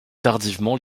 tardivement